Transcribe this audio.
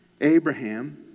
Abraham